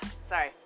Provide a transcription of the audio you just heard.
Sorry